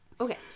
Okay